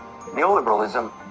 Neoliberalism